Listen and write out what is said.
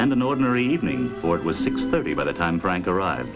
and an ordinary evening for it was six thirty by the time frank arrived